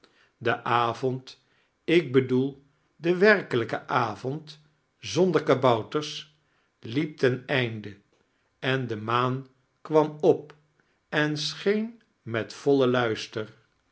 de avond ik bedoel den werkelijken avond zonder kabouters liep ten einde en de maan kwam op en scheen met vollen mister